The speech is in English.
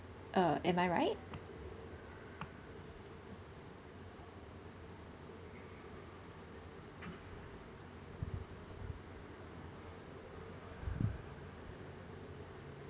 uh am I right